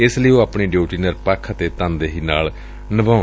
ਇਸ ਲਈ ਉਹ ਆਪਣੀ ਡਿਊਟੀ ਨਿਰਪੱਖ ਅਤੇ ਤਨਦੇਹੀ ਨਾਲ ਨਿਭਾਉਣ